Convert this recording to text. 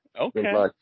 Okay